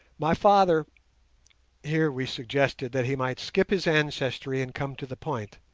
my father here we suggested that he might skip his ancestry and come to the point.